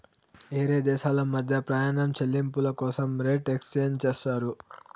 వేరే దేశాల మధ్య ప్రయాణం చెల్లింపుల కోసం రేట్ ఎక్స్చేంజ్ చేస్తారు